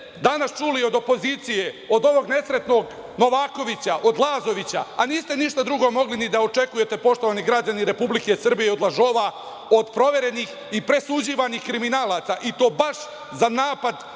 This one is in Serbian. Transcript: danas čuli od opozicije, od ovog nesretnog Novakovića, od Lazovića niste ništa drugo mogli ni da očekujete, poštovani građani Republike Srbije, od lažova, od proverenih i presuđivanih kriminalaca, i to baš za napad